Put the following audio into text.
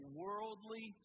worldly